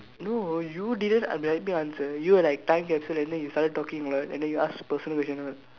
no you didn't let me answer you were like time capsule and then you started talking a lot and then you ask personal question